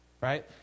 right